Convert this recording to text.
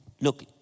look